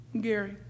Gary